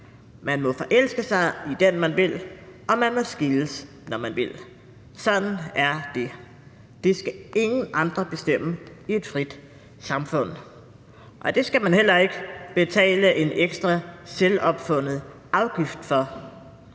Man må forelske sig i den, man vil, og man må skilles, når man vil. Sådan er det. Det skal ingen andre bestemme i et frit samfund. Og det skal man heller ikke betale en ekstra selvopfundet afgift for,